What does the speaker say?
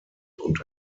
und